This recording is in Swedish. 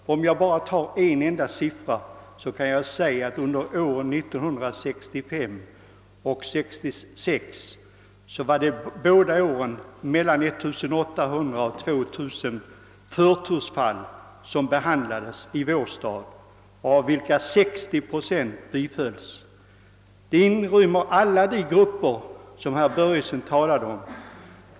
Under vartdera året 1965 och 1966 hade vi i vår stad att behandla mellan 1 800 och 2000 förtursfall. 60 procent av dessa bifölls. Dessa fall representerar alla de grupper som herr Börjesson talade om.